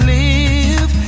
live